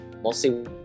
mostly